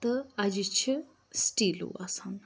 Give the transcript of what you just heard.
تہٕ اَجہِ چھِ سِٹیلو آسان